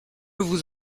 vous